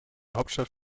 hauptstadt